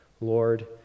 Lord